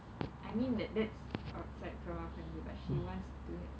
I mean that that's outside from our family but she wants to have